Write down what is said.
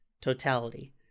totality